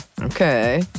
okay